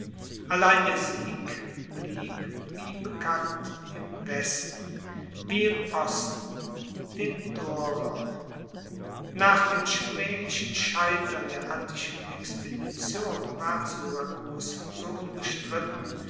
allein der sieg blieb wie bekannt im westen wie im osten den dorern nach dem schmaehlichen scheitern der attischen expedition ward syrakus so unbestritten